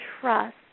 trust